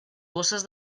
bosses